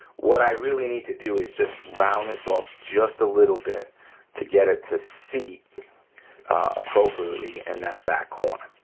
what i really need to do is just round this off just a little bit to get it to seat appropriately in and that back corner,